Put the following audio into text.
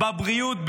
בבריאות,